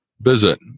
Visit